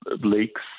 Leaks